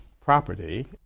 property